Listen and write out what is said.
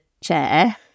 chair